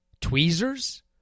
Tweezers